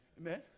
Amen